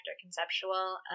conceptual